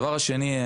דבר שני,